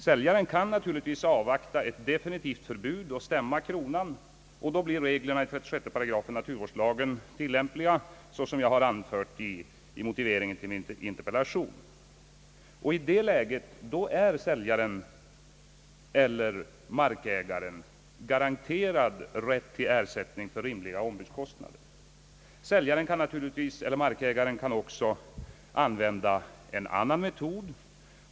Säljaren kan naturligtvis avvakta ett definitivt förbud och stämma kronan. Det är då, såsom jag anfört i min interpellation, reglerna i 36 § naturvårdslagen som blir tillämpliga. I detta läge är säljaren eller markägaren garanterad rätt till ersättning för rimliga ombudskostnader. Säljaren eller markägaren kan naturligtvis också använda en annan metod.